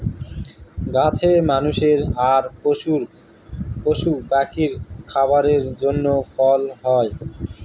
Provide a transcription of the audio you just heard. গাছে মানুষের আর পশু পাখির খাবারের জন্য ফল হয়